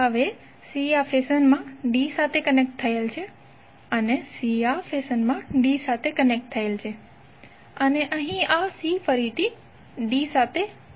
હવે c આ ફેશનમાં d સાથે કનેક્ટ થયેલ છે અહીં c આ ફેશનમાં d સાથે કનેક્ટ થયેલ છે અને અહીં c આ ફેશનમાં d સાથે જોડાયેલ છે